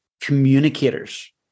communicators